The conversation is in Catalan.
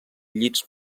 llits